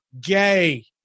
gay